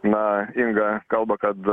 na inga kalba kad